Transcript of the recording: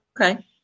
Okay